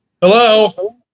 Hello